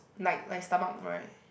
like like stomach groan